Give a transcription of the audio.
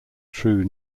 true